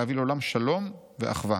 להביא לעולם שלום ואחווה.